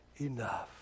enough